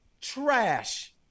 trash